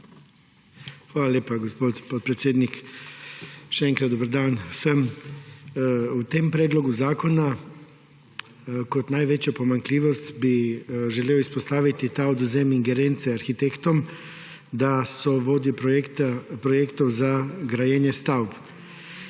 Hvala lepa, gospod podpredsednik. Še enkrat dober dan vsem! V tem predlogu zakona bi kot največjo pomanjkljivost želel izpostaviti ta odvzem ingerence arhitektom, da so vodje projektov za grajenje stavb.